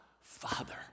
Father